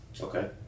Okay